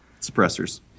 Suppressors